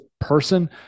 person